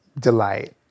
delight